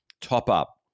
top-up